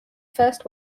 first